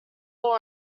all